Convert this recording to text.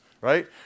right